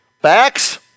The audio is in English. Facts